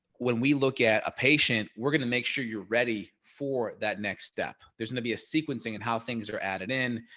when we look at a patient, we're going to make sure you're ready for that next step. there's gonna be a sequencing and how things are added in.